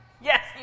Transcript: Yes